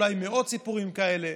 אולי מאות סיפורים כאלה,